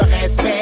respect